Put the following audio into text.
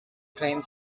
claimed